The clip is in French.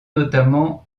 notamment